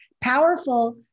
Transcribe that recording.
powerful